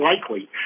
likely